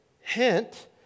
hint